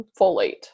folate